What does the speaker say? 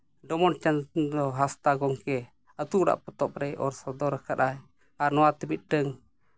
ᱰᱚᱢᱚᱱ ᱪᱚᱱᱫᱨᱚ ᱦᱟᱸᱥᱫᱟ ᱜᱚᱢᱠᱮ ᱟᱹᱛᱩ ᱚᱲᱟᱜ ᱯᱚᱛᱚᱵ ᱨᱮ ᱚᱞ ᱥᱚᱫᱚᱨ ᱟᱠᱟᱫᱟᱭ ᱟᱨ ᱱᱚᱣᱟᱛᱮ ᱢᱤᱫᱴᱟᱹᱱ